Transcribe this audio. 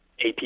AP